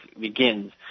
begins